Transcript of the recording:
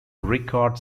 richard